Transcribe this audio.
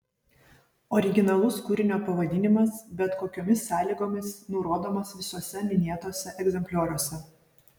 originalus kūrinio pavadinimas bet kokiomis sąlygomis nurodomas visuose minėtuose egzemplioriuose